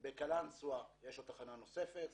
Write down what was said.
בקלנסווה יש תחנה נוספת.